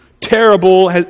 terrible